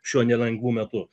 šiuo nelengvu metu